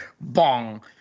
Bong